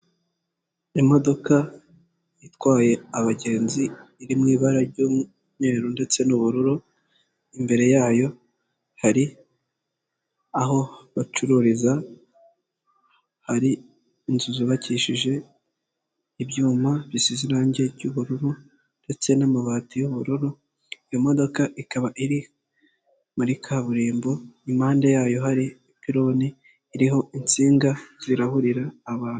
Imodoka itwaye abagenzi iri mu ibara ry'umweru ndetse n'ubururu, imbere yayo hari aho bacururiza, hari inzu zubakishije ibyuma bisize irange ry'ubururu ndetse n'amabati y'ubururu, iyo modoka ikaba iri muri kaburimbo, impande yayo hari ipironi iriho insinga zirahurira abantu.